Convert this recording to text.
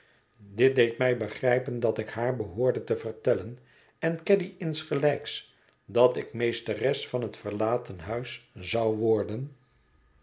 dit deed mij begrijpen dat ik haar behoorde te vertellen en caddy insgelijks dat ik meesteres van het verlaten huis zou worden